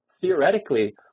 theoretically